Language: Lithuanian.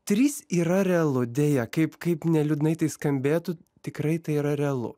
trys yra realu deja kaip kaip neliūdnai tai skambėtų tikrai tai yra realu